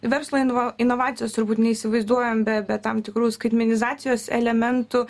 verslo inva inovacijos turbūt neįsivaizduojam be be tam tikrų skaitmenizacijos elementų